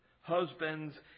husbands